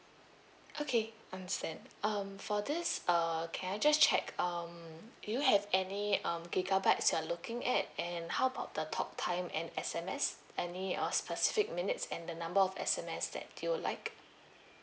okay understand um for this uh can I just check um do you have any um gigabytes you're looking at and how about the talk time and S_M_S any uh specific minutes and the number of S_M_S that you like